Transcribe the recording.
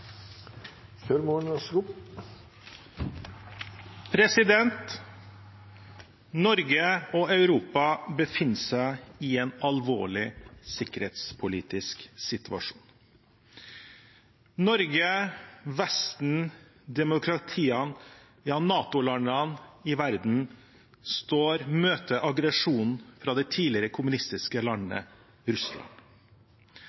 Norge og Europa befinner seg i en alvorlig sikkerhetspolitisk situasjon. Norge, Vesten, demokratiene, ja, NATO-landene i verden møter aggresjonen fra det tidligere kommunistiske landet